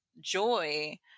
joy